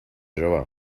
jove